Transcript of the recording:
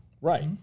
Right